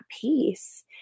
peace